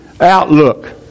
outlook